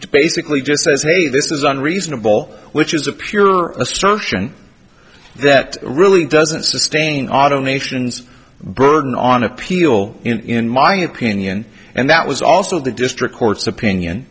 o basically just says hey this is unreasonable which is a pure assertion that really doesn't sustain automations burden on appeal in my opinion and that was also the district court's opinion